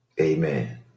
Amen